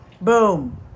Boom